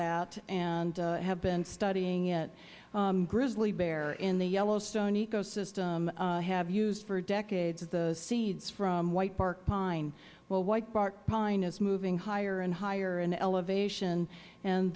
that and have been studying it grizzly bears in the yellowstone ecosystem have used for decades the seeds from whitebark pine well whitebark pine is moving higher and higher in elevation and